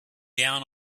down